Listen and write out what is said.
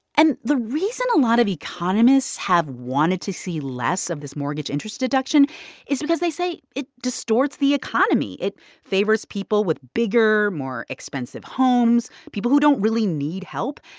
and the reason a lot of economists have wanted to see less of this mortgage interest deduction is because they say it distorts the economy. it favors people with bigger, more expensive homes, people who don't really need help.